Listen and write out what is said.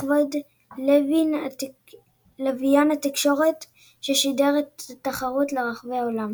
לכבוד לוויין התקשורת ששידר את התחרות לרחבי העולם.